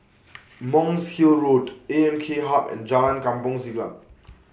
Monk's Hill Road A M K Hub and Jalan Kampong Siglap